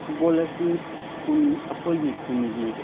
football ꯑꯁꯤ ꯑꯩꯈꯣꯏꯒꯤ ꯈꯨꯟꯒꯤ